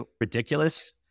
ridiculous